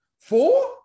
four